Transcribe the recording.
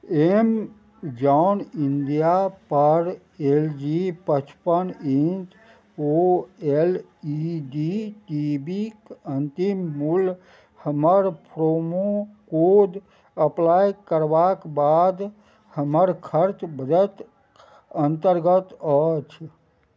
Amazon इण्डियापर L G पचपन inch O L E D T V के अन्तिम मूल्य हमर प्रोमो कोड अप्लाइ करबाक बाद हमर खर्च बजट अन्तर्गत अछि